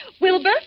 Wilbur